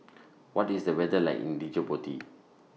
What IS The weather like in Djibouti